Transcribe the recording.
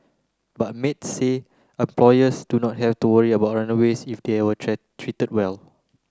but maids say employers do not have to worry about runaways if they are treated well